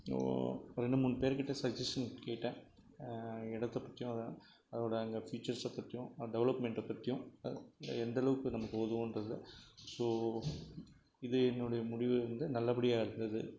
ரெண்டு மூணு பேர்கிட்ட சஜ்ஜெஷன் கேட்டேன் இடத்த பற்றியும் அதோட அந்த ஃபீச்சர்ஸை பற்றியும் அதோட டெவலப்மெண்ட்டை பற்றியும் எந்தளவுக்கு நமக்கு உதவும்ன்றத ஸோ இது என்னோட முடிவு வந்து நல்லபடியாக இருந்தது